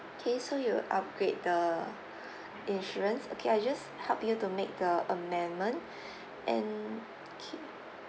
okay so you upgrade the insurance okay I just help you to make the amendment and okay